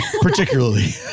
Particularly